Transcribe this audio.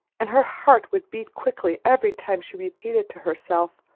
and her heart would beat quickly every time she repeated to herself,